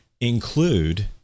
include